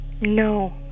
No